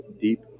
Deep